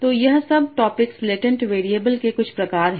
तो यह सब टॉपिक्स लेटेंट वेरिएबल के कुछ प्रकार हैं